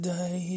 Day